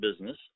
business